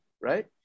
right